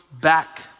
back